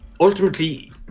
ultimately